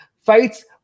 fights